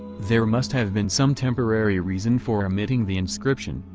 there must have been some temporary reason for omitting the inscription,